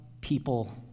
people